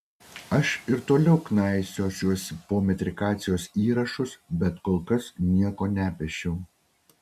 aš ir toliau knaisiosiuosi po metrikacijos įrašus bet kol kas nieko nepešiau